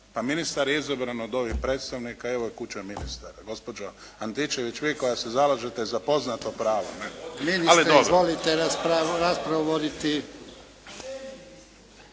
ministar je izabran od ovih predstavnika i ovo je kuća ministara, gospođo Antičević vi koja se zalažete za poznato pravo. Ali dobro.